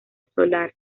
solar